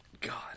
god